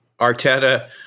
Arteta